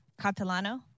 Catalano